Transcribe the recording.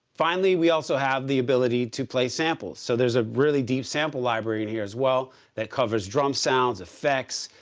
finally, we also have the ability to play samples. so there's a really deep sample library in here as well that covers drum sounds, effects,